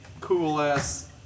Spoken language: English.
cool-ass